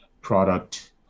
product